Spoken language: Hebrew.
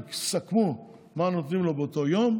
יסכמו מה נותנים לו באותו יום,